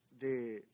de